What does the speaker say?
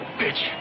bitch